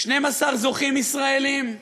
12 זוכים ישראלים,